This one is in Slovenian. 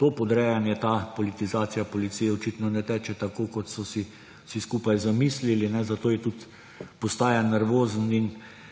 to podrejanje, ta politizacija policije očitno ne teče tako, kot so si vsi skupaj zamislili, zato tudi postaja nervozen in